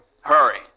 Hurry